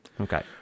Okay